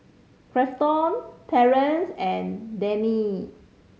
Grafton Terance and Dayne